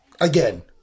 again